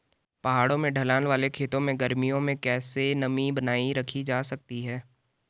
पहाड़ों में ढलान वाले खेतों में गर्मियों में कैसे नमी बनायी रखी जा सकती है?